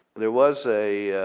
there was a